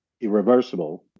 irreversible